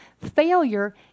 failure